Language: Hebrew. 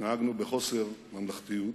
התנהגנו בחוסר ממלכתיות,